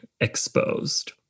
exposed